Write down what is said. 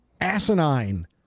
asinine